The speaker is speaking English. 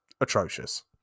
atrocious